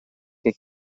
che